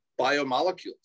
biomolecules